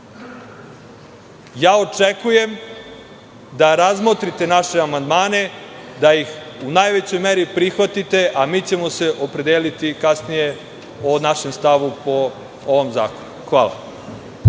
probijena. Očekujem da razmotrite naše amandmane, da ih u najvećoj meri prihvatite, a mi ćemo se kasnije opredeliti o našem stavu po ovom zakonu. Hvala.